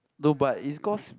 no but it's cause